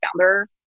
founder